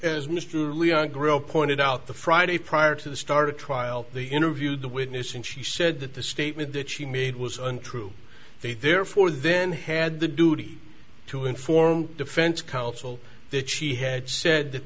mr grill pointed out the friday prior to the start of trial the interviewed the witness and she said that the statement that she made was untrue therefore then had the duty to inform defense counsel that she had said that